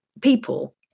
people